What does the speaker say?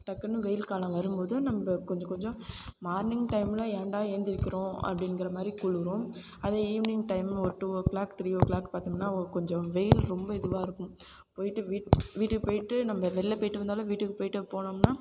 டக்குனு வெயில் காலம் வரும்போது நம்ம கொஞ்சம் கொஞ்சம் மார்னிங் டைமில் ஏன்டா ஏழுந்திரிக்கிறோம் அப்படிங்கற மாதிரி குளிரும் அதே ஈவ்னிங் டைம் ஒரு two o'clock three o'clock பார்த்தம்னா கொஞ்சம் வெயில் ரொம்ப இதுவாக இருக்கும் போயிட்டு வீட் வீட்டுக்கு போயிட்டு நம்ம வெளில போயிட்டு வந்தாலும் வீட்டுக்கு போயிட்டு போனோம்னால்